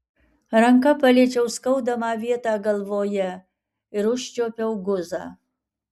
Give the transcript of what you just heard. ranka paliečiau skaudamą vietą galvoje ir užčiuopiau guzą